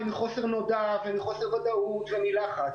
מחוסר ודאות ומלחץ